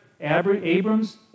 Abrams